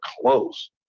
close